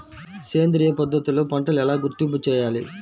సేంద్రియ పద్ధతిలో పంటలు ఎలా గుర్తింపు చేయాలి?